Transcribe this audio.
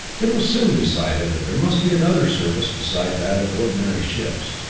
it was soon decided that there must be another service beside that of ordinary ships.